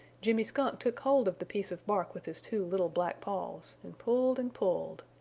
jimmy skunk took hold of the piece of bark with his two little black paws and pulled and pulled.